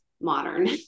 modern